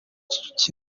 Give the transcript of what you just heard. kicukiro